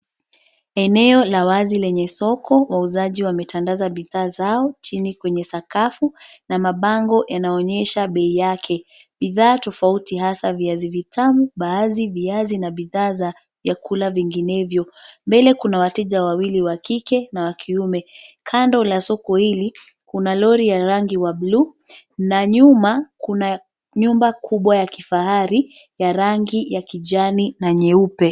Eneo la wazi lenye soko. Wauzaji wametandaza bidhaa zao, chini kwenye sakafu, na mabango yanaonyesha bei yake. Bidhaa tofauti hasa viazi vitamu, mbaazi, viazi, na bidhaa za vyakula vinginevyo. Mbele kuna wateja wawili wa kike na wa kiume. Kando la soko hili, kuna lori ya rangi wa bluu, na nyuma kuna nyumba kubwa ya kifahari, ya rangi ya kijani na nyeupe.